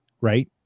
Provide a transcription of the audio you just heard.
right